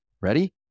ready